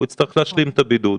הוא יצטרך להשלים את הבידוד.